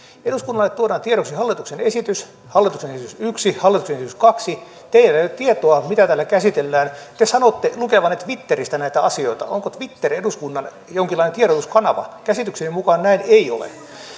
eduskunnalle tuodaan tiedoksi hallituksen esitys hallituksen esitys yksi hallituksen esitys kaksi teillä ei ole tietoa mitä täällä käsitellään te sanotte lukevanne twitteristä näitä asioita onko twitter eduskunnan jonkinlainen tiedotuskanava käsitykseni mukaan näin ei ole